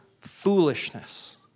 foolishness